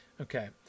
Okay